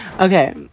Okay